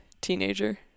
teenager